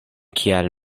kial